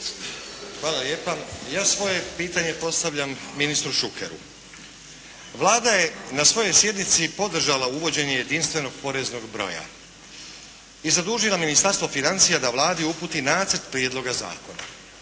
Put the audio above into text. Hvala lijepa. Ja svoje pitanje postavljam ministru Šukeru. Vlada je na svojoj sjednici podržala uvođenje jedinstvenog poreznog broja i zadužila Ministarstvo financija da Vladi uputi nacrt prijedloga zakona.